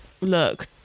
look